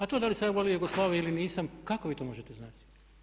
A to da li sam ja volio Jugoslaviju ili nisam, kako vi to možete znati?